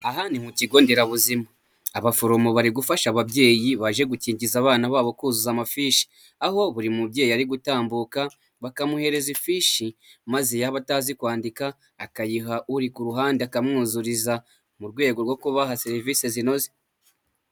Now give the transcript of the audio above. Aha ni mu kigonderabuzima abaforomo bari gufasha ababyeyi baje gukingiza abana babo kuzuza amafishi, aho buri mubyeyi ari gutambuka bakamuhereza ifishi maze yaba atazi kwandika akayiha uri ku ruhande akamwuzuriza mu rwego rwo kubaha serivisi zinoze.